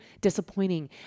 disappointing